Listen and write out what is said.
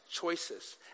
choices